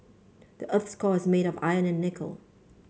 the earth's core is made of iron and nickel